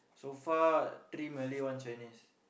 so far three Malay one Chinese